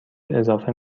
اضافه